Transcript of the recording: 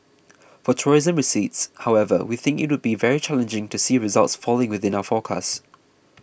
for tourism receipts however we think it would be very challenging to see results falling within our forecast